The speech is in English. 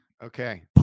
Okay